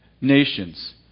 nations